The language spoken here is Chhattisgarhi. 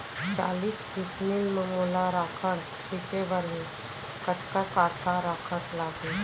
चालीस डिसमिल म मोला राखड़ छिंचे बर हे कतका काठा राखड़ लागही?